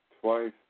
twice